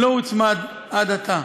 לא הוצמד עד עתה.